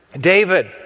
David